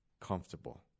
comfortable